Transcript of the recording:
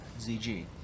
ZG